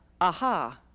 aha